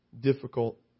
difficult